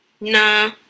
Nah